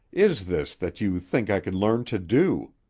is this that you think i could learn to do?